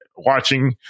watching